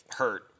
hurt